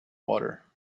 water